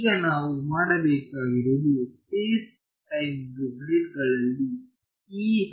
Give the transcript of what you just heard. ಈಗ ನಾವು ಮಾಡಬೇಕಾಗಿರುವುದು ಸ್ಪೇಸ್ ಟೈಮ್ದ ಗ್ರಿಡ್ಗಳಲ್ಲಿ E H ಮತ್ತು psi